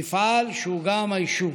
מפעל שהוא גם היישוב.